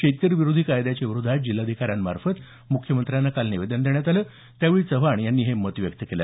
शेतकरी विरोधी कायद्याच्या विरोधात जिल्हाधिकाऱ्यांमार्फत मुख्यमंत्र्यांना काल निवेदन देण्यात आलं त्यावेळी चव्हाण यांनी हे मत व्यक्त केलं